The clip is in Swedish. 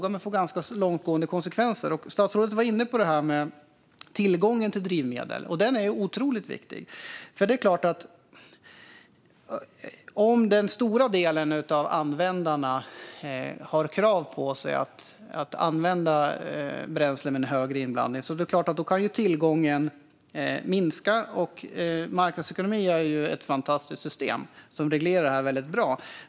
Men det får ganska långtgående konsekvenser. Statsrådet var inne på tillgången till drivmedel. Den är otroligt viktig. Om den stora delen av användarna har krav på sig att använda bränslen med högre inblandning är det klart att tillgången kan minska. Marknadsekonomi är ju ett fantastiskt system som reglerar det väldigt bra.